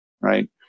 right